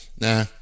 Nah